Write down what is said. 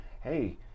hey